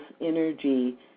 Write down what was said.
energy